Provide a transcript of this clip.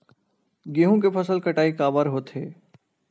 गेहूं के फसल कटाई काबर होथे?